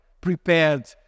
prepared